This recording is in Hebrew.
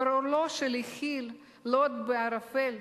גורלו של יחיאל לוט בערפל,